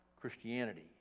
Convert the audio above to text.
Christianity